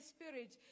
Spirit